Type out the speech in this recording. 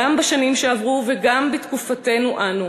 גם בשנים שעברו וגם בתקופתנו אנו.